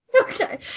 Okay